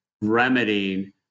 remedying